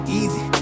easy